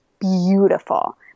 beautiful